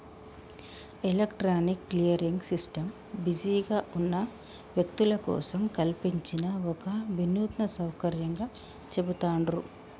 electronic clearing system బిజీగా ఉన్న వ్యక్తుల కోసం కల్పించిన ఒక వినూత్న సౌకర్యంగా చెబుతాండ్రు